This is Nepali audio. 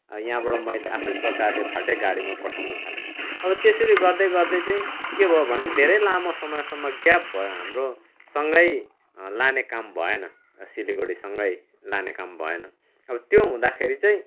यहाँबाट मैले आफ्नै प्रकारले फाल्टै गाडीमा पठाउन थालेँ अब त्यसरी गर्दै गर्दै चाहिँ के भयो भने धेरै लामो समयसम्म ग्याप भयो हाम्रो सँगै लाने काम भएन सिलगडी सँगै लाने काम भएन अब त्यो हुँदाखेरि चाहिँ